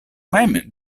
mem